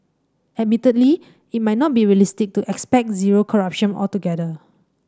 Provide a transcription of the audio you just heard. admittedly it might not be realistic to expect zero corruption altogether